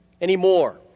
anymore